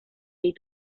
jej